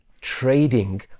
trading